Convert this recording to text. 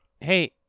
Hey